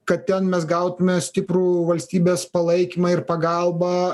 kad ten mes gautume stiprų valstybės palaikymą ir pagalbą